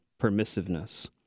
permissiveness